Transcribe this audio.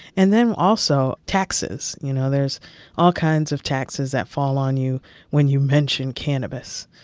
and then also taxes you know, there's all kinds of taxes that fall on you when you mention cannabis.